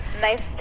nice